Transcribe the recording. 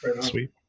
Sweet